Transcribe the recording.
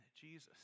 Jesus